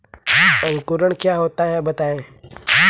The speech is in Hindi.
अंकुरण क्या होता है बताएँ?